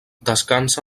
descansa